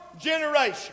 generation